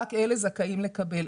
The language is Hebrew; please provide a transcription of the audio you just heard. רק אלה זכאים לקבל.